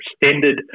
extended